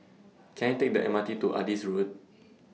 Can I Take The M R T to Adis Road